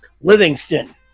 Livingston